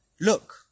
Look